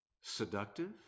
seductive